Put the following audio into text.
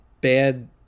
bad